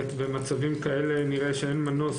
במצבים כאלה נראה שאין מנוס